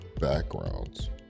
backgrounds